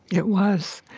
it was.